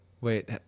wait